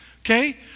okay